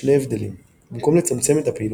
בשני הבדלים במקום לצמצם את הפעילות,